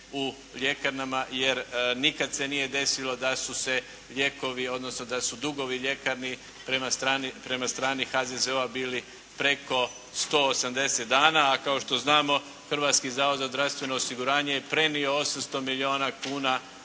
u ljekarnama jer nikad se nije desilo da su se lijekovi, odnosno da su dugovi ljekarni prema strani HZZO-a bili preko 180 dana, a kao što znamo Hrvatski zavod za zdravstveno osiguranje je prenio 800 milijuna kuna